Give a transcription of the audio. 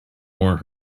more